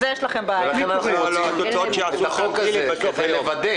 לכן אנחנו רוצים את החוק הזה, כדי לוודא